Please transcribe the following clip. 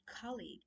colleague